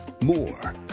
More